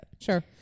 sure